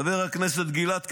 חבר הכנסת גלעד קריב,